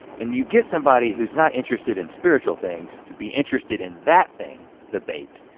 and you get somebody who's not interested in spiritual things to be interested in that thing, the bait,